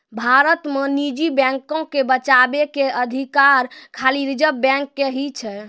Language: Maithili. भारत मे निजी बैको के बचाबै के अधिकार खाली रिजर्व बैंक के ही छै